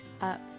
up